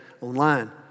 online